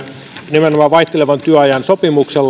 nimenomaan vaihtelevan työajan sopimuksen kohdalla